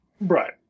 Right